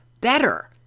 better